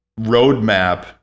roadmap